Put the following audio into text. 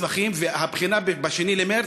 הבחינה היא ב-2 במרס,